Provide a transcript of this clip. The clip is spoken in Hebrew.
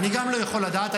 גם אני לא יכול לדעת.